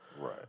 Right